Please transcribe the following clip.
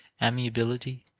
amiability,